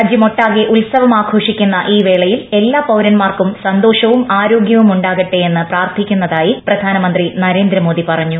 രാജ്യമൊട്ടാകെ ഉത്സവമാഘോഷിക്കുന്ന ഈ വേളയിൽ എല്ലാ പൌരന്മാർക്കും സന്തോഷവും ആരോഗ്യവും ഉ ാകട്ടെയെന്ന് പ്രാർത്ഥിക്കുന്നതായി പ്രധാനമന്ത്രി നരേന്ദ്രമോദി പറഞ്ഞു